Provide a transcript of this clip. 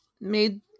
made